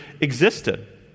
existed